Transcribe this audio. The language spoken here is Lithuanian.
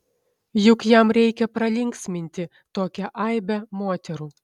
juk jam reikia pralinksminti tokią aibę moterų